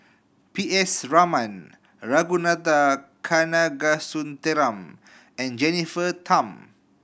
P S Raman Ragunathar Kanagasuntheram and Jennifer Tham